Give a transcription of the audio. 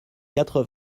quatre